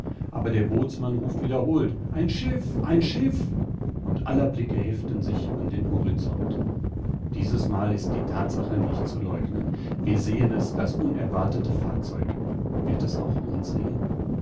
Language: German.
aber der bootsmann ruft wiederholt ein schiff ein schiff und aller blicke heften sich an den horizont dieses mal ist die thatsache nicht zu leugnen wir sehen es das unerwartete fahrzeug wird es auch uns